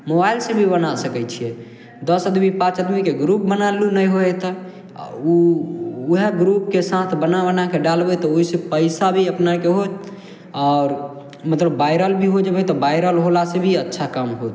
मोबाइलसँ भी बना सकय छियै दस आदमी पॉँच आदमीके ग्रुप बना लू नहि होइ हइ तऽ उ उहे ग्रुपके साथ बना बना कऽ डालबय तऽ ओइसँ पैसा भी अपना आरके होत आओर मतलब वायरल भी हो जेबय तऽ वायरल होलासँ भी अच्छा काम होत